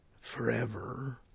forever